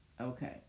Okay